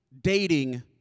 dating